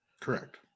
Correct